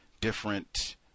different